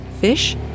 Fish